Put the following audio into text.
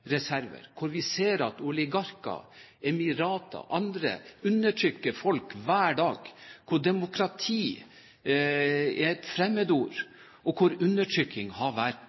hvor vi ser at oligarker, emirer og andre undertrykker folk hver dag, hvor demokrati er et fremmedord, hvor undertrykking har vært